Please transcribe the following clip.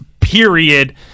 period